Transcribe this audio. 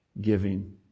giving